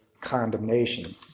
condemnation